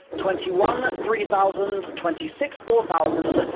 twenty one, three thousand. twenty six, four thousand.